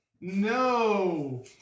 No